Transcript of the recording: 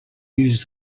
use